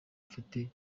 mfite